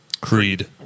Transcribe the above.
Creed